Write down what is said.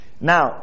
Now